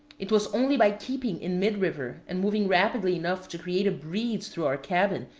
it was only by keeping in mid-river and moving rapidly enough to create a breeze through our cabin,